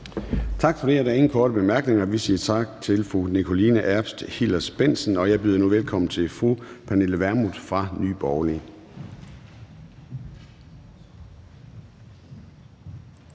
Tak for det. Der er ingen korte bemærkninger, så vi siger tak til fru Nikoline Erbs Hillers-Bendtsen. Og jeg byder nu velkommen til fru Pernille Vermund fra Nye